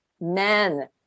men